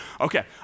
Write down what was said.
Okay